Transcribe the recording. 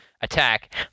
attack